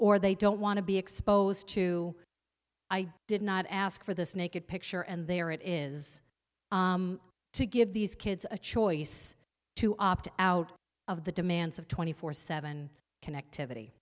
or they don't want to be exposed to i did not ask for this naked picture and there it is to give these kids a choice to opt out of the demands of twenty four seven connectivity